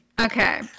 Okay